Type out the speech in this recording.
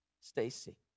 Stacy